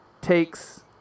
takes